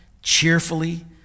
cheerfully